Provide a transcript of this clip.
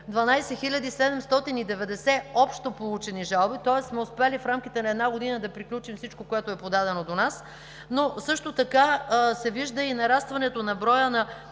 12 790 общо получени жалби, тоест сме успели в рамките на една година да приключим всичко, което е подадено до нас. Също така се вижда и нарастването на броя на